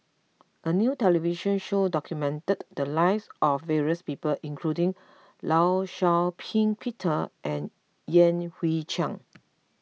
a new television show documented the lives of various people including Law Shau Ping Peter and Yan Hui Chang